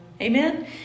Amen